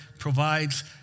provides